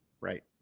Right